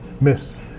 miss